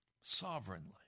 sovereignly